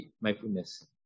mindfulness